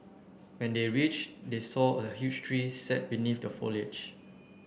when they reached they saw a huge tree sat beneath the foliage